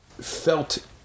felt